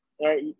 right